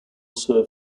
sir